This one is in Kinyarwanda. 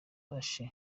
bobi